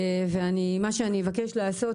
ומה שאבקש לעשות